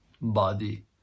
body